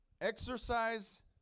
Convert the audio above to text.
exercise